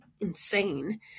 insane